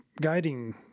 guiding